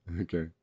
Okay